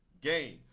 game